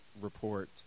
report